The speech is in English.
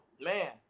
man